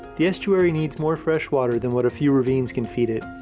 the estuary needs more fresh water than what a few ravines can feed it.